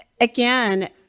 again